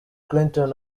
cliton